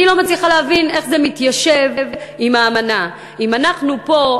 אני לא מצליחה להבין איך זה מתיישב עם האמנה אם אנחנו פה,